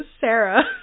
Sarah